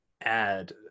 add